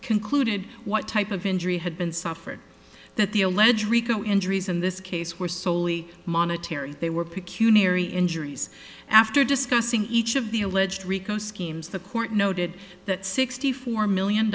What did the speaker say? concluded what type of injury had been suffered that the alleged rico injuries in this case were soley monetary they were peculiarly injuries after discussing each of the alleged rico schemes the court noted that sixty four million